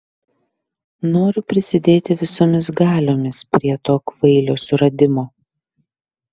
noriu prisidėti visomis galiomis prie to kvailio suradimo